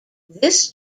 this